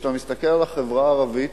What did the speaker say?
וכשאתה מסתכל על החברה הערבית,